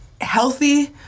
healthy